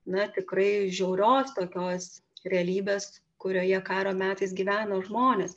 na tikrai žiaurios tokios realybės kurioje karo metais gyveno žmonės